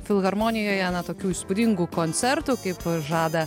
filharmonijoje tokių įspūdingų koncertų kaip žada